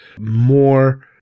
more